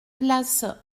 place